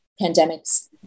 pandemics